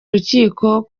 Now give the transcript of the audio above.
urukiko